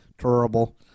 Terrible